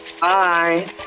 Bye